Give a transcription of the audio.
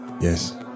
Yes